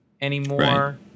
anymore